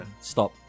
Stop